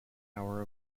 tower